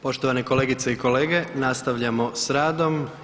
Poštovane kolegice i kolege, nastavljamo s radom.